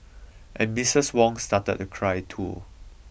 and Misses Wong started to cry too